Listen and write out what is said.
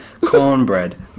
Cornbread